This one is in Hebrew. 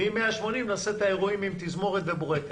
ואם 180 אז נעשה את האירועים עם תזמורת ובורקס.